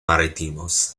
marítimos